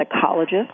psychologist